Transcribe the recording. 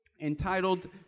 entitled